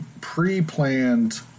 pre-planned